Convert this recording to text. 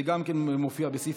זה מופיע גם בסעיף